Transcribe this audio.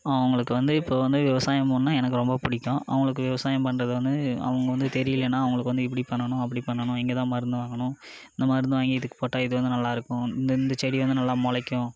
அவங்களுக்கு வந்து இப்போ வந்து விவசாயம் பண்ணிணா எனக்கு ரொம்ப பிடிக்கும் அவங்களுக்கு விவசாயம் பண்ணுறது வந்து அவங்க வந்து தெரியலனா அவங்களுக்கு வந்து இப்படி பண்ணணும் அப்படி பண்ணணும் இங்கே தான் மருந்து வாங்கணும் இந்த மருந்து வாங்கி இதுக்கு போட்டால் இது வந்து நல்லாயிருக்கும் இந்த இந்த செடி வந்து நல்லா முளைக்கும்